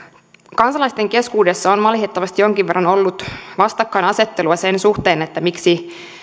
kansalaisten keskuudessa on valitettavasti jonkin verran ollut vastakkainasettelua sen suhteen miksi